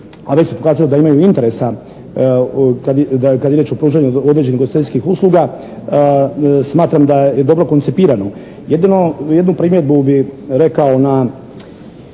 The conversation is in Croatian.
a već su kazali da imaju interesa kad je riječ o pružanju određenih ugostiteljskih usluga smatram da je dobro koncipirano. Jednu primjedbu bih rekao na